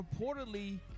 reportedly